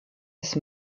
ist